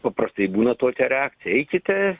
paprastai būna tokia reakcija eikite